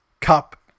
Cup